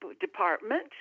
department